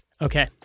Okay